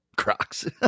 Crocs